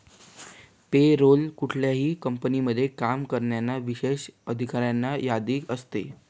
पे role कुठल्याही कंपनीमध्ये काम करणाऱ्या विशेष अधिकाऱ्यांची यादी असते